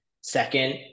Second